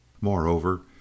Moreover